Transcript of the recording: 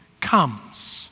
comes